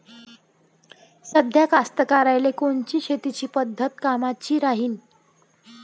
साध्या कास्तकाराइले कोनची शेतीची पद्धत कामाची राहीन?